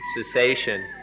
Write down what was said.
cessation